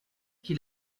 qui